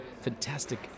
fantastic